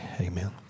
amen